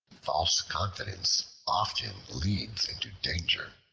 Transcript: false confidence often leads into danger.